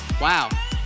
Wow